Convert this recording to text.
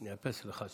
אני אאפס לך.